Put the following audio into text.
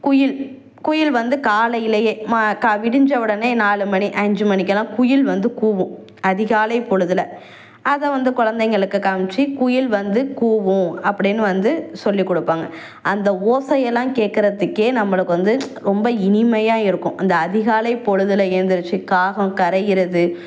குயில் குயில் வந்து காலையிலேயே ம க விடிந்த உடனே நாலு மணி அஞ்சு மணிக்கெல்லாம் குயில் வந்து கூவும் அதிகாலைபொழுதில் அதை வந்து குலந்தைகளுக்கு காமிச்சு குயில் வந்து கூவும் அப்படின்னு வந்து சொல்லிக்கொடுப்பாங்க அந்த ஓசை எல்லாம் கேட்குறதுக்கே நம்மளுக்கு வந்து ரொம்ப இனிமையாக இருக்கும் அந்த அதிகாலைப்பொழுதில் எழுந்திரிச்சு காகம் கரைகிறது